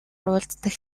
уулздаг